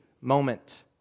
moment